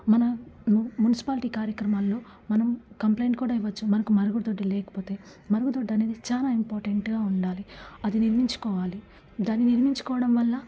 మన మున్సిపాలిటీ కార్యక్రమల్లో మనం కంప్లైంట్ కూడా ఇవ్వవచ్చు మనకు మరుగుదొడ్డి లేకపోతే మరుగుదొడ్డి అనేది చాలా ఇంపోర్టెంట్గా ఉండాలి అది నిర్మించుకోవాలి దానిని మిర్మించుకోవడం వల్ల